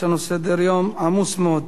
יש לנו סדר-יום עמוס מאוד.